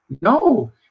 No